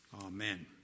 Amen